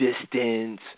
distance